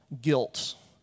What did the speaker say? guilt